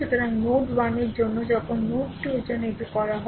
সুতরাং নোড 1 এর জন্য এখন নোড 2 এর জন্য এটি করা হয়